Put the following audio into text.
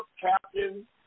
Captain